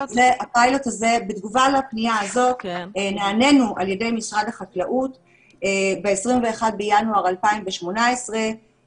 בתגובה לפנייה הזאת נענינו על ידי משרד החקלאות ב-21 בינואר 2018,